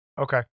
Okay